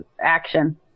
action